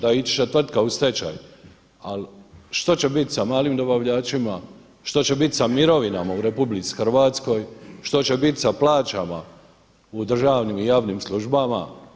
Da, ići će tvrtka u stečaj, ali što će biti sa malim dobavljačima, što će biti sa mirovinama u RH, što će biti sa plaćama u državnim i javnim službama.